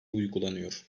uygulanıyor